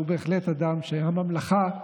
הוא בהחלט אדם שהממלכה,